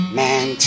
man